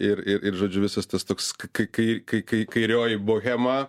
ir ir ir žodžiu visas tas toks kai kai kai kai kairioji bohema